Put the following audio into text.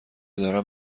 دارم